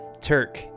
Turk